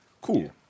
Cool